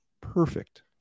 perfect